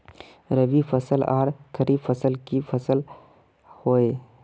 रवि फसल आर खरीफ फसल की फसल होय?